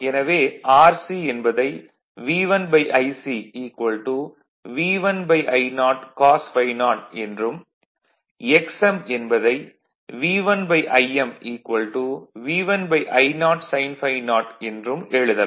எனவே Rc என்பதை V1Ic V1 I0 cos ∅0 என்றும் Xm என்பதை V1 Im V1 I0 sin ∅0 என்றும் எழுதலாம்